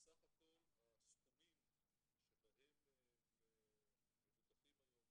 בסך הכל הסכומים שבהם מבוטחים היום